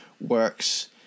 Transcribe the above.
works –